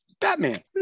Batman